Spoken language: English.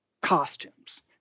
costumes